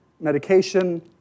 medication